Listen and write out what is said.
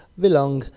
belong